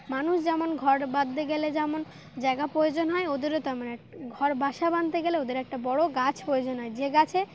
মানুষ যেমন ঘর বাঁধতে গেলে যেমন জায়গা প্রয়োজন হয় ওদেরও তেমন এক ঘর বাসা বাঁধতে গেলে ওদের একটা বড়ো গাছ প্রয়োজন হয় যে গাছে